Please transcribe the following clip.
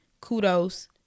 kudos